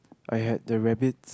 I had the rabbit